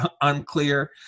unclear